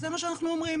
זה מה שאנחנו אומרים,